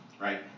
right